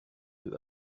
deux